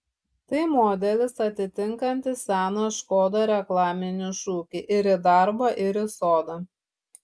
tai modelis atitinkantis seną škoda reklaminį šūkį ir į darbą ir į sodą